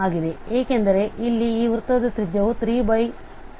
ಆಗಿದೆ ಏಕೆಂದರೆ ಇಲ್ಲಿ ಈ ವೃತ್ತದ ತ್ರಿಜ್ಯವು 32 ಆಗಿದೆ